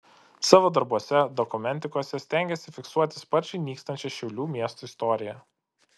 savo darbuose dokumentikose stengiasi fiksuoti sparčiai nykstančią šiaulių miesto istoriją